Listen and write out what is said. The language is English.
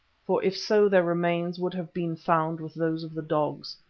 for if so their remains would have been found with those of the dogs.